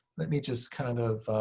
let me just kind of